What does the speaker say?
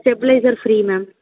stabilizer free ma'am